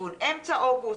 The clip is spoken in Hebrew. לכיוון אמצע אוגוסט,